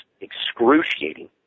excruciating